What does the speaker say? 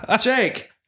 Jake